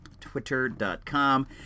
twitter.com